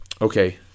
Okay